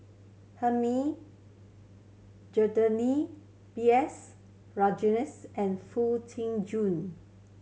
Hilmi B S Rajhans and Foo Tee June